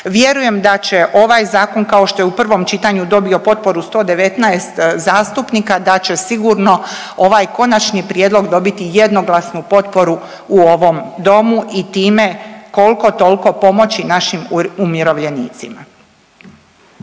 Vjerujem da će ovaj zakon kao što je u prvom čitanju dobio potporu 119 zastupnika da će sigurno ovaj konačni prijedlog dobiti jednoglasnu potporu u ovom domu i time koliko toliko pomoći našim umirovljenicima.